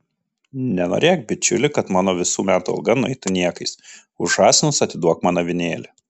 nenorėk bičiuli kad mano visų metų alga nueitų niekais už žąsinus atiduok man avinėlį